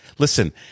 Listen